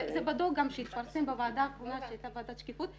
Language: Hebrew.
זה בדוח שגם התפרסם בוועדה האחרונה שהייתה ועדה שקיפות,